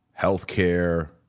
healthcare